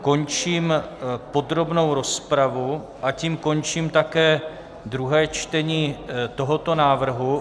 Končím podrobnou rozpravu, a tím končím také druhé čtení tohoto návrhu.